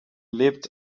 leapt